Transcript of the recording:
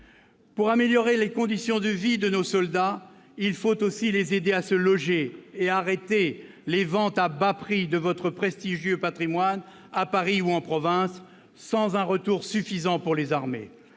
Pour améliorer les conditions de vie de nos soldats, il fallait les aider à se loger et arrêter les ventes à bas prix du prestigieux patrimoine de votre ministère, à Paris ou en province, sans un retour suffisant pour les armées.